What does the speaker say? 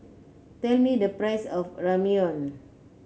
tell me the price of Ramyeon